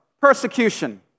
persecution